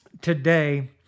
today